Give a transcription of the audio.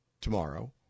tomorrow